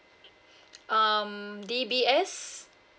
um D_B_S